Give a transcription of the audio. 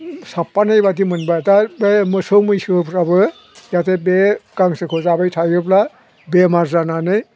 साबफानाय बादि मोनबाथाय बे मोसौ मैसोफोराबो जाहाथे बे गांसोखौ जाबाय थायोब्ला बेमार जानानै